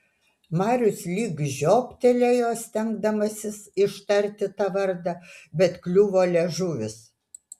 marius lyg žioptelėjo stengdamasis ištarti tą vardą bet kliuvo liežuvis